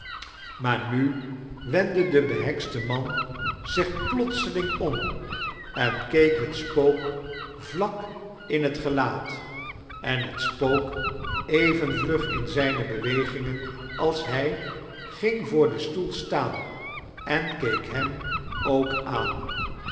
maar nu wendde de behekste man zich plotseling om en keek het spook vlak in het gelaat en het spook even vlug in zijne bewegingen als hij ging vootr den sitoel staan en keek hem ook aan